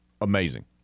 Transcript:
Amazing